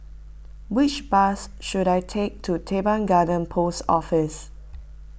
which bus should I take to Teban Garden Post Office